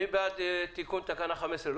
מי בעד תיקון תקנה 15?